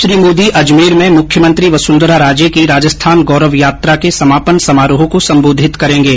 श्री मोदी अजमेर में मुख्यमंत्री वसुंधरा राजे की राजस्थान गौरव यात्रा के समापन समारोह को संबोधित करेंगे